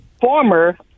former